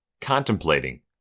Contemplating